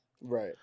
right